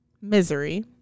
Misery